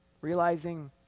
realizing